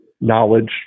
knowledge